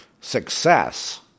success